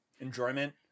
enjoyment